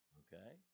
okay